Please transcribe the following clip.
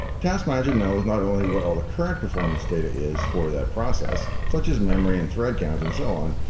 task manager knows not only what all the current performance data is for that process, such as memory and thread count and so on,